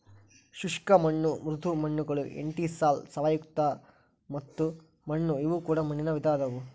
ಶುಷ್ಕ ಮಣ್ಣು ಮೃದು ಮಣ್ಣುಗಳು ಎಂಟಿಸಾಲ್ ಸಾವಯವಯುಕ್ತ ಮಣ್ಣು ಇವು ಕೂಡ ಮಣ್ಣಿನ ವಿಧ ಅದಾವು